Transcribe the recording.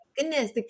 goodness